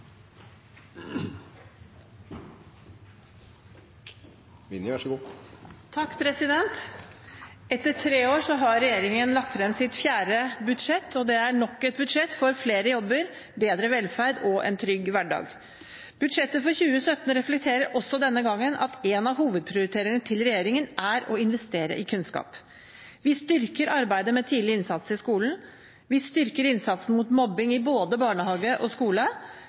Etter tre år har regjeringen lagt frem sitt fjerde budsjett, og det er nok et budsjett for flere jobber, bedre velferd og en trygg hverdag. Budsjettet for 2017 reflekterer også denne gangen at en av hovedprioriteringene til regjeringen er å investere i kunnskap. Vi styrker arbeidet med tidlig innsats i skolen, vi styrker innsatsen mot mobbing i både barnehage og skole,